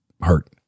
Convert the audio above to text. hurt